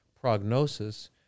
prognosis